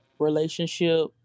relationship